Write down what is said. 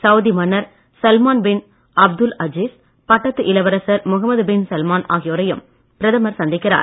Saudi மன்னர் Salman bin Abdul Aziz பட்டத்து இளவரசர் முகமது பின் சல்மான் ஆகியோரையும் பிரதமர் சந்திக்கிறார்